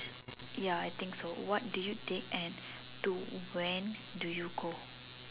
ya I think so what do you take and to when do you go